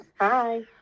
Hi